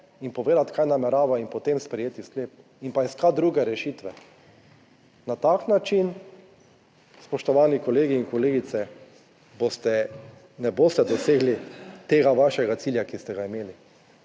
in povedati kaj namerava in potem sprejeti sklep in pa iskati druge rešitve. Na tak način, spoštovani kolegi in kolegice boste, ne boste dosegli tega vašega cilja, ki ste ga imeli,